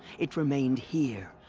it remained here.